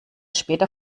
später